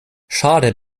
schade